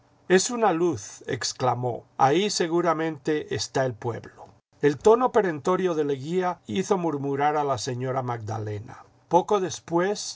es una luz exclamó ahí seguramente está el pueblo el tono perentorio de leguía hizo murmurar a la señora magdalena poco después